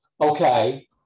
okay